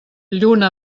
lluna